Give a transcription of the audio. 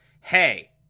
hey